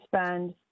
spend